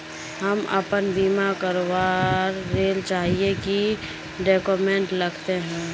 हम अपन बीमा करावेल चाहिए की की डक्यूमेंट्स लगते है?